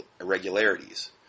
irregularities